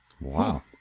wow